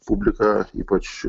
publika ypač